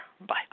Bye